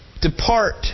Depart